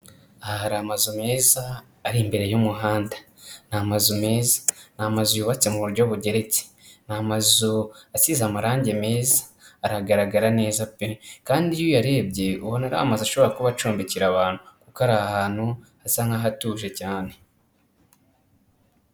Aha hari amazu meza ari imbere y'umuhanda, ni amazu meza, ni amazu yubatse mu buryo bugeretse, ni amazu asize amarangi meza aragaragara neza pe! kandi iyo uyarebye ubona ashobora kuba acumbikira abantu kuko ari ahantu hasa nkaho hatuje cyane.